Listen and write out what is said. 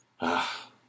Ah